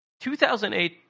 2008